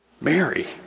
Mary